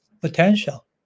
potential